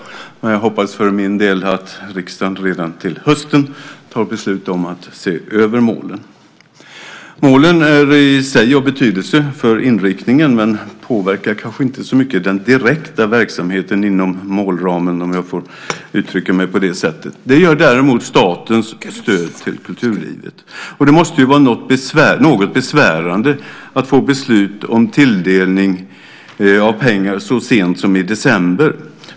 Men jag hoppas för min del att riksdagen redan till hösten fattar beslut om att se över målen. Målen är i sig av betydelse för inriktningen, men påverkar kanske inte så mycket den direkta verksamheten inom målramen, om jag får uttrycka mig på det sättet. Det gör däremot statens stöd till kulturlivet. Det måste vara något besvärande att få beslut om tilldelning av pengar så sent som i december.